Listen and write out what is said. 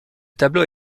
tableau